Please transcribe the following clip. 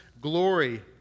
glory